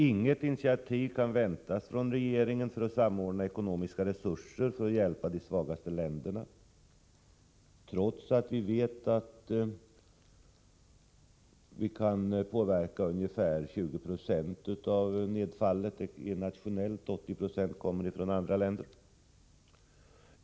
Inget initiativ kan väntas från regeringen för att samordna ekonomiska resurser för att hjälpa de svagaste länderna, trots att vi vet att det bara är ungefär 20 96 av nedfallet som är nationellt och som vi därför kan påverka. 80 70 kommer från andra länder.